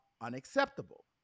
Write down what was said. unacceptable